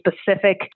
specific